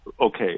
okay